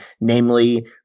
namely